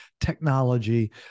technology